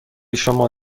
شما